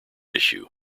issue